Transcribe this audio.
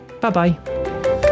Bye-bye